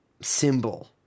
symbol